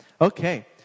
Okay